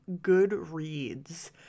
Goodreads